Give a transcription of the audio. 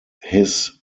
his